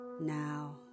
Now